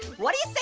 what are you